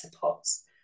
pots